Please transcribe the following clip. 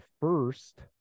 first